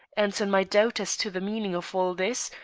and, in my doubt as to the meaning of all this,